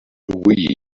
wii